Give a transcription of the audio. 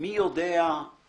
מי יודע היכן.